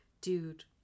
Dude